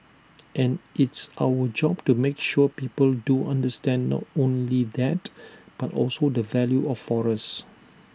and it's our job to make sure people do understand not only that but also the value of forest